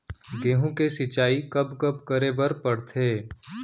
गेहूँ के सिंचाई कब कब करे बर पड़थे?